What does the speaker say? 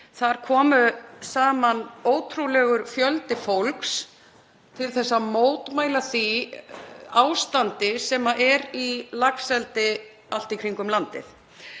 Þar kom saman ótrúlegur fjöldi fólks til að mótmæla því ástandi sem er í laxeldi allt í kringum landið.